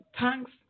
thanks